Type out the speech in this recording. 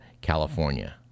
California